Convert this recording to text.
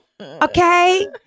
okay